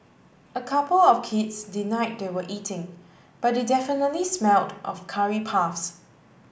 a couple of kids denied they were eating but they definitely smelled of curry puffs